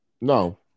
No